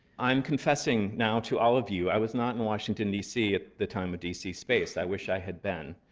i'm confessing now to all of you, i was not in washington, dc at the time of d c. space. i wish i had been.